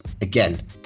again